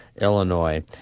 Illinois